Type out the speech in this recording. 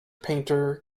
painter